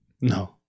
no